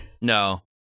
No